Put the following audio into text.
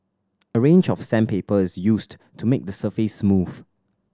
a range of sandpaper is used to make the surface smooth